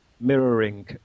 mirroring